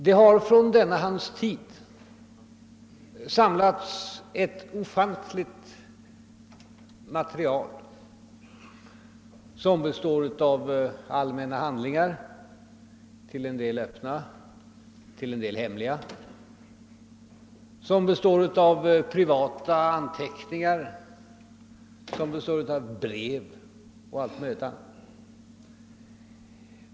Det har under denna tid samlats ett ofantligt material: allmänna handlingar — till en del öppna, till en del hemliga —, privata anteckningar, brev och allt möjligt annat.